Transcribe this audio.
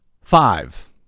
five